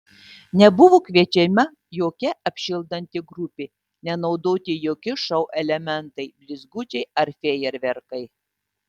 nebuvo kviečiama jokia apšildanti grupė nenaudoti jokie šou elementai blizgučiai ar fejerverkai